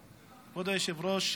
היושב-ראש,